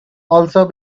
also